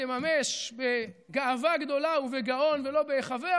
תממש בגאווה גדולה ובגאון ולא בהיחבא,